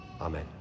Amen